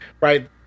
right